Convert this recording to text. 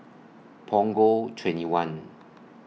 Punggol twenty one